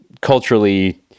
culturally